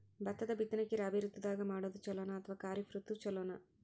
ಭತ್ತದ ಬಿತ್ತನಕಿ ರಾಬಿ ಋತು ದಾಗ ಮಾಡೋದು ಚಲೋನ ಅಥವಾ ಖರೀಫ್ ಋತು ಚಲೋನ?